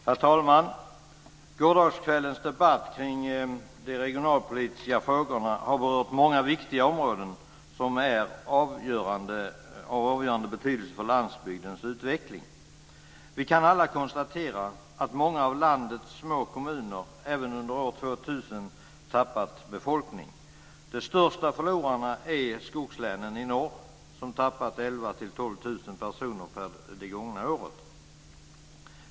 Herr talman! Gårdagskvällens debatt om de regionalpolitiska frågorna har berört många viktiga områden som är av avgörande betydelse för landsbygdens utveckling. Vi kan alla konstatera att många av landets små kommuner även under år 2000 förlorat befolkning. De största förlorarna är skogslänen i norr som förlorat 11 000-12 000 personer under det gångna året.